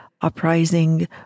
uprising